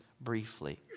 briefly